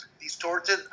distorted